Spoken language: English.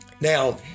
Now